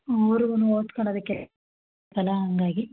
ಅವ್ರ್ಗೂ ಓದ್ಕಳದಿಕ್ಕೆ ಹಂಗಾಗಿ